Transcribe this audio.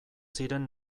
ziren